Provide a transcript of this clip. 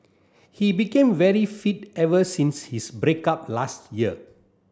he became very fit ever since his break up last year